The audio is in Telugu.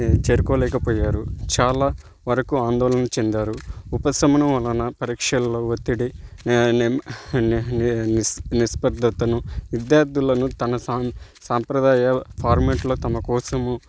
చేరుకోలేకపోయారు చాలా వరకు ఆందోళన చెందారు ఉపశమనం వలన పరీక్షల్లో ఒత్తిడి ణ నిమ్ నెహ్ నిస్ నిస్పర్ధతను విద్యార్థులను తన సా సాంప్రదాయ ఫార్మమెట్లలో తమ కోసము